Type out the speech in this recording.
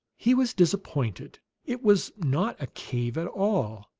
he was disappointed it was not a cave at all.